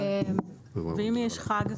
ואם יש חג?